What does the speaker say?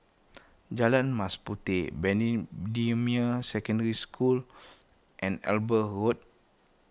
Jalan Mas Puteh Secondary School and Eber Road